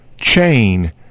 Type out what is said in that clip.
chain